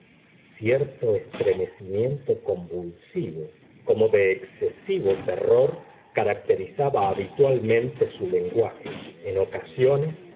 cierto estremecimiento convulsivo como de excesivo terror caracterizaba habitualmente su lenguaje en ocasiones